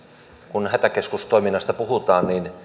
kun hätäkeskustoiminnasta puhutaan niin